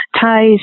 ties